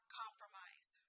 compromise